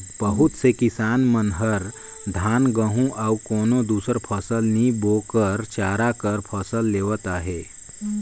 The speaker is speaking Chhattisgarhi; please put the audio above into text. बहुत से किसान मन हर धान, गहूँ अउ कोनो दुसर फसल नी बो कर चारा कर फसल लेवत अहे